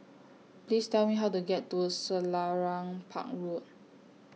Please Tell Me How to get to Selarang Park Road